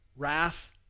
Wrath